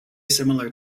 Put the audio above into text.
similar